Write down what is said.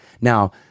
Now